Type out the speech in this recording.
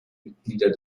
mitglieder